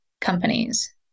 companies